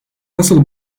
nasıl